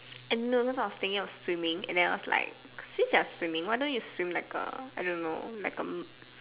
and no those sort of thing you know swimming and then I was like since you're swimming why don't you swim like A I don't know like A